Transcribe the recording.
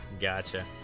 gotcha